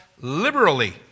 liberally